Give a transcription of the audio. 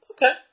Okay